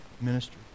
ministry